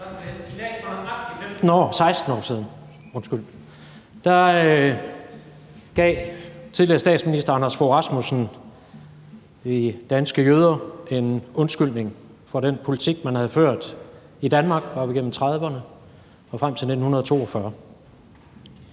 I dag for 16 år siden gav tidligere statsminister Anders Fogh Rasmussen de danske jøder en undskyldning for den politik, man havde ført i Danmark op gennem 1930'erne og frem til 1942.